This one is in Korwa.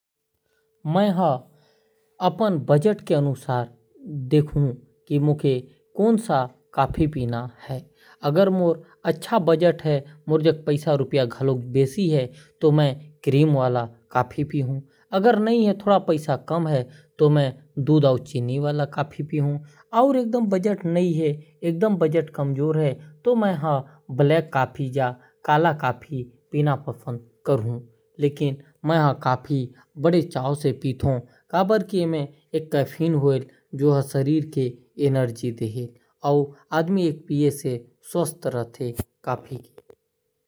मैं अपन बजट के अनुसार देखू कि मोके कौन सा कॉफी पीना है। अगर मोर पास ज्यादा पैसा है तो मैं क्रीम वाला कॉफी पीना पसंद करहूं और थोड़ा कम बजट है तो दूध और चीनी वाला कॉफी पीना पसंद करहूं और बहुत हे कम है तो ब्लैक कॉफी पीना पसंद करहूं। और मैं कॉफी बड़ा शौक से पीथो कहे बर एमे कैफ़ीन रहेल जो शरीर और बुद्धि ला तेज बनाए रखेल।